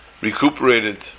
recuperated